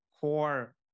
core